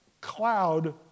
cloud